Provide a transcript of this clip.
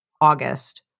August